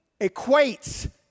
equates